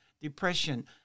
depression